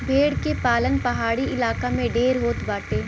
भेड़ के पालन पहाड़ी इलाका में ढेर होत बाटे